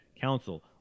Council